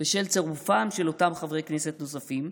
בשל צירופם של אותם חברי כנסת נוספים?